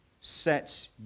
sets